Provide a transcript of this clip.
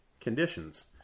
conditions